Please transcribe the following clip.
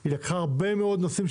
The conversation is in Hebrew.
היא לקחה הרבה מאוד נושאים,